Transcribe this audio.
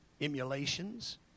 emulations